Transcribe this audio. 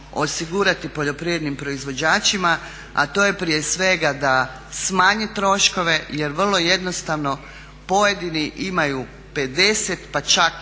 osigurati poljoprivrednim proizvođačima, a to je prije svega da smanje troškove jer vrlo jednostavno pojedini imaju 50 pa čak